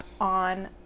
on